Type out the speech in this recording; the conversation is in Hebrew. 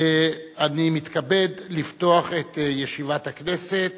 אני מתכבד לפתוח את ישיבת הכנסת.